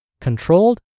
controlled